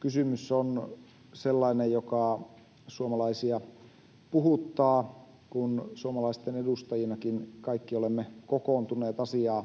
kysymys on sellainen, joka suomalaisia puhuttaa, kun suomalaisten edustajinakin kaikki olemme kokoontuneet asiaa